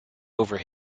over